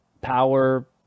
power